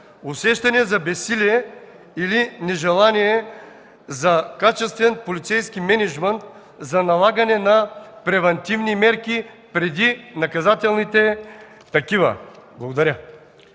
Усещане за безсилие или нежелание за качествен полицейски мениджмънт за налагане на превантивни мерки преди наказателните такива. Благодаря.